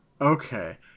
okay